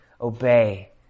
Obey